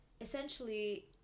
essentially